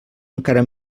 encara